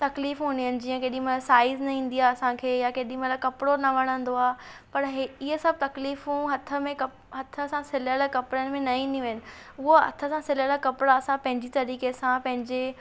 तकलीफ़ूं हूंदियूं आहिनि जीअं केॾी महिल साइज़ न ईंदी आहे असांखे या केॾी महिल कपिड़ो न वणंदो आहे पर ही इहे सभु तकलीफ़ूं हथ में कप हथ सां सिलियल कपिड़नि में न ईंदियूं आहिनि उहो हथ सां सिलियलि कपिड़ा असां पंहिंजी तरीक़े सां पंहिंजे